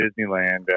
disneyland